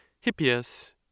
Hippias